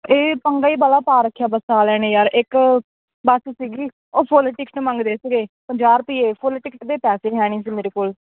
ਇਹ ਪੰਗਾ ਹੀ ਬਾਹਲਾ ਪਾ ਰੱਖਿਆ ਬੱਸਾਂ ਵਾਲਿਆਂ ਨੇ ਯਾਰ ਇੱਕ ਬੱਸ ਸੀਗੀ ਉਹ ਫੁੱਲ ਟਿਕਟ ਮੰਗਦੇ ਸੀਗੇ ਪੰਜਾਹ ਰੁਪਏ ਫੁੱਲ ਟਿਕਟ ਦੇ ਪੈਸੇ ਵੀ ਹੈ ਨਹੀਂ ਸੀ ਮੇਰੇ ਕੋਲ